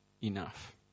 enough